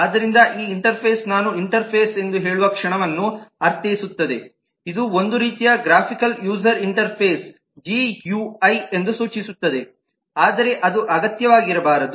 ಆದ್ದರಿಂದ ಈ ಇಂಟರ್ಫೇಸ್ ನಾನು ಇಂಟರ್ಫೇಸ್ ಎಂದು ಹೇಳುವ ಕ್ಷಣವನ್ನು ಅರ್ಥೈಸುತ್ತದೆ ಇದು ಒಂದು ರೀತಿಯ ಗ್ರಾಫಿಕಲ್ ಯೂಸರ್ ಇಂಟರ್ಫೇಸ್ ಜಿಯುಐ ಎಂದು ಸೂಚಿಸುತ್ತದೆ ಆದರೆ ಅದು ಅಗತ್ಯವಾಗಿರಬಾರದು